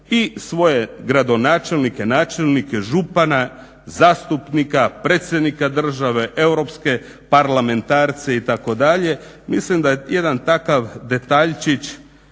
i svoje gradonačelnike, načelnike, župana, zastupnika, predsjednika države, europske parlamentarce itd. Mislim da je jedan takav detaljčić